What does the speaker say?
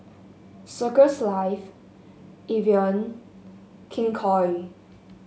Circles Life Evian King Koil